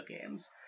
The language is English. games